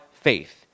faith